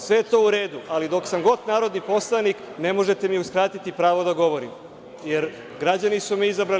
Sve je to u redu, ali dok god sam narodni poslanik, ne možete mi uskratiti pravo da govorim, jer građani su me izabrali.